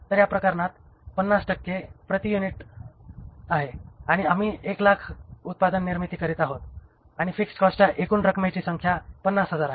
तर या प्रकरणात 50 पैसे प्रति युनिट आहे आणि आम्ही 100000 उत्पादन निर्मिती करीत आहोत आणि फिक्स्ड कॉस्टच्या एकूण रकमेची संख्या 50000 रु